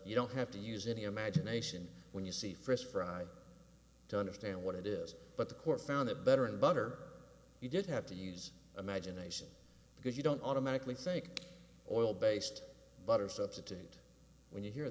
you don't have to use any imagination when you see first fry to understand what it is but the court found that better and better you did have to use imagination because you don't automatically think oil based but are substituted when you hear